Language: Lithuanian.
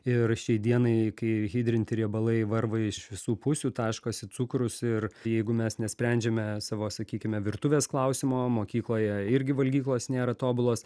ir šiai dienai kai hidrinti riebalai varva iš visų pusių taškosi cukrus ir jeigu mes nesprendžiame savo sakykime virtuvės klausimo mokykloje irgi valgyklos nėra tobulos